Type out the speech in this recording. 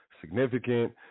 significant